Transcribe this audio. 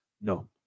No